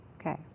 Okay